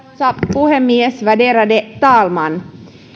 puhemies värderade talman